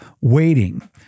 Waiting